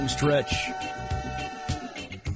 Stretch